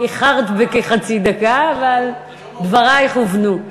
איחרת בכחצי דקה, אבל דברייך הובנו.